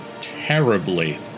terribly